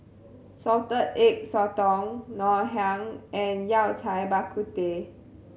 Salted Egg Sotong Ngoh Hiang and Yao Cai Bak Kut Teh